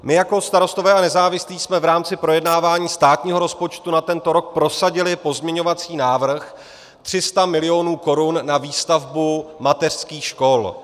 My jako Starostové a nezávislí jsme v rámci projednávání státního rozpočtu na tento rok prosadili pozměňovací návrh 300 milionů korun na výstavbu mateřských škol.